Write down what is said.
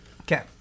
Okay